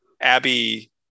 Abby